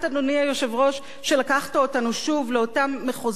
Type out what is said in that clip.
שלקחת אותנו שוב לאותם מחוזות של דיון,